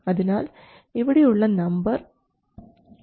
അതിനാൽ ഇവിടെയുള്ള number Vo Ao ആണ്